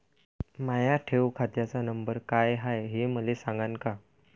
माया ठेव खात्याचा नंबर काय हाय हे मले सांगान का?